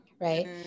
right